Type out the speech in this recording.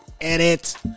Edit